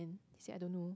he said I don't know